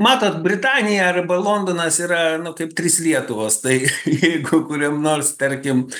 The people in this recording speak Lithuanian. matot britanija arba londonas yra kaip trys lietuvos tai jeigu kuriam nors tarkim